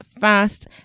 fast